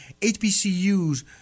HBCUs